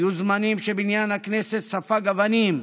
היו זמנים שבניין הכנסת ספג אבנים,